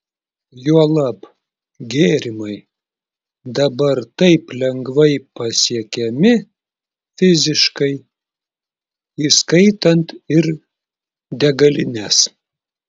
juolab gėrimai dabar taip lengvai pasiekiami fiziškai įskaitant ir degalines